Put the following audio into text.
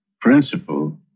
principle